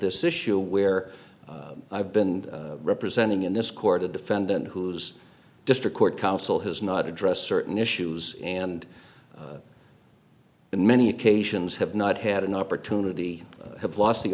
this issue where i've been representing in this court a defendant who's district court counsel has not addressed certain issues and in many occasions have not had an opportunity have lost the